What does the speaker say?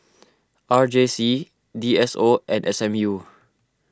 R J C D S O and S M U